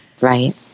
Right